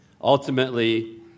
Ultimately